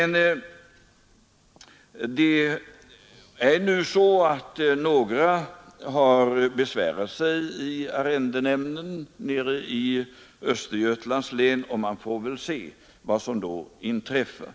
Nu har emellertid några arrendatorer besvärat sig i arrendenämnden i Östergötlands län, och vi får väl se vad som kan bli följden av det.